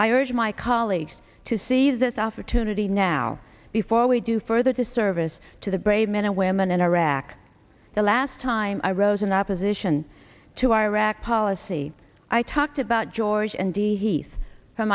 irish my colleagues to seize this opportunity now before we do further disservice to the brave men and women in iraq the last time i rose in opposition to iraq policy i talked about george